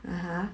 (uh huh)